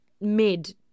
mid